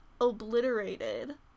Obliterated